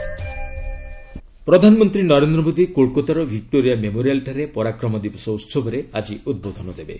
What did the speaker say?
PM Parakram Diwas ପ୍ରଧାନମନ୍ତ୍ରୀ ନରେନ୍ଦ୍ର ମୋଦି କୋଲ୍କାତାର Victoria ମେମୋରିଆଲ୍ଠାରେ ପରାକ୍ରମ ଦିବସ ଉତ୍ସବରେ ଆଜି ଉଦ୍ବୋଧନ ଦେବେ